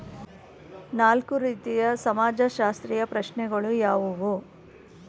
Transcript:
ನಾಲ್ಕು ರೀತಿಯ ಸಮಾಜಶಾಸ್ತ್ರೀಯ ಪ್ರಶ್ನೆಗಳು ಯಾವುವು?